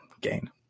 gain